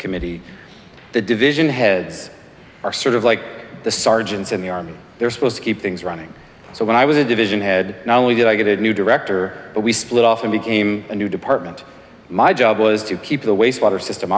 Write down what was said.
committee the division heads are sort of like the sergeants in the army they're supposed to keep things running so when i was a division head not only did i get a new director but we split off and became a new department my job was to keep the wastewater system